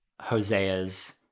Hosea's